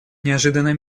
неожиданно